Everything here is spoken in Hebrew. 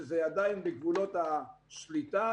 שזה עדיין בגבולות השליטה.